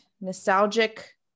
nostalgic